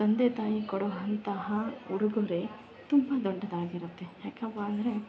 ತಂದೆ ತಾಯಿ ಕೊಡುವಂತಹ ಉಡುಗೊರೆ ತುಂಬ ದೊಡ್ಡದಾಗಿರುತ್ತೆ ಯಾಕಪ್ಪ ಅಂದರೆ